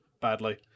badly